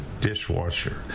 dishwasher